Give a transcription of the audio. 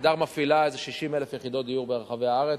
"עמידר" מפעילה כ-60,000 יחידות דיור ברחבי הארץ.